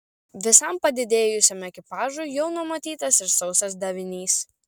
visam padidėjusiam ekipažui jau numatytas ir sausas davinys